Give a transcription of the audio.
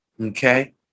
okay